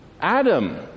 Adam